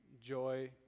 joy